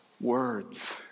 Words